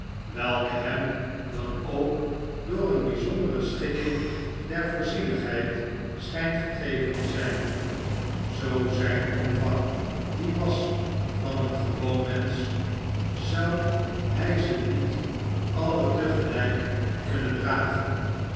welke hem dan ook door een bjjzondere schikking der voorzienigheid schpt gegeven te zp zoo zp omvang die was van een gewoon mensch zou hjjze niet alle tegelijk kunnen dragen